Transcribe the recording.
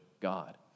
God